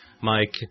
Mike